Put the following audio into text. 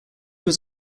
was